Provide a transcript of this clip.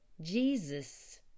Jesus